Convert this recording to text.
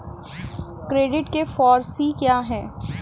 Credit के four C क्या हैं?